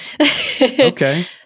Okay